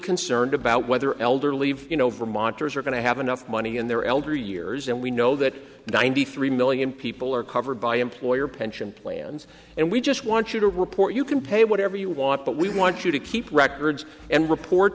concerned about whether elderly you know vermonters are going to have enough money in their elderly years and we know that ninety three million people are covered by employer pension plans and we just want you to report you can pay whatever you want but we want you to keep records and report